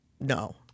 No